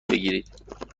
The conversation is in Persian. بگیرید